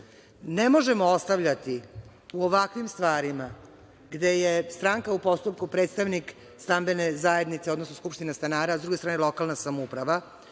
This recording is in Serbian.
možemo ostavljati u ovakvim stvarima, gde je stranka u postupku predstavnik stambene zajednice odnosno skupštine stanara, a s druge strane lokalna samouprava,